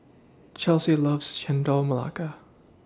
Chelsie loves Chendol Melaka